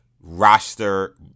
roster